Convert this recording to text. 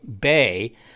Bay